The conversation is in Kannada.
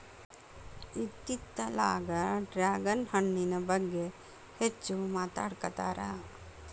ಇತ್ತಿತ್ತಲಾಗ ಡ್ರ್ಯಾಗನ್ ಹಣ್ಣಿನ ಬಗ್ಗೆ ಹೆಚ್ಚು ಮಾತಾಡಾಕತ್ತಾರ